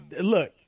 look